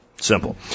Simple